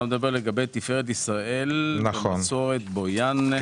אתה מדבר על תפארת ישראל במסורת בויאן.